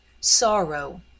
sorrow